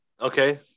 Okay